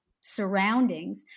surroundings